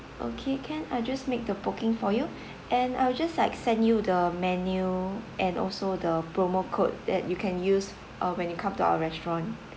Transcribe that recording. okay can I just make the booking for you and I will just like send you the menu and also the promo code that you can use uh when you come to our restaurant